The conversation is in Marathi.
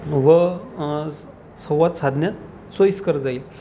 व संवाद साधण्यात सोईस्कर जाईल